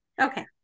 Okay